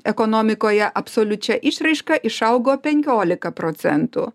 ekonomikoje absoliučia išraiška išaugo penkiolika procentų